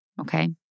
okay